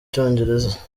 cyongereza